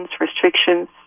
restrictions